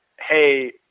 hey